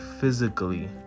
physically